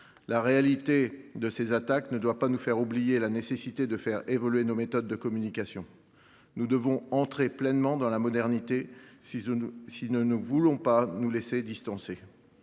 La réalité de ces attaques ne doit pas nous faire oublier la nécessité de faire évoluer nos méthodes de communication. Nous devons entrer pleinement dans la modernité si nous ne voulons pas nous laisser distancer.